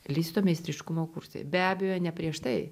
listo meistriškumo kursai be abejo ne prieš tai